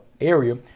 area